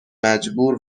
مجبور